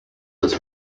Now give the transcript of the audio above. was